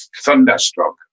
thunderstruck